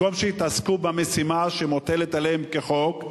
במקום שיתעסקו במשימה שמוטלת עליהם כחוק,